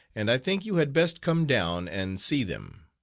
and i think you had best come down and see them.